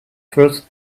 first